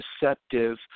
deceptive